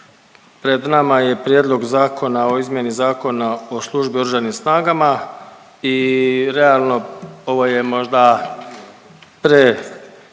Pred nama je Prijedlog zakona o izmjeni Zakona o službi u oružanim snagama i realno ovo je možda